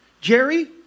Jerry